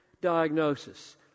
diagnosis